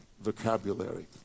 vocabulary